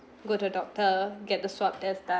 go to doctor get to swap their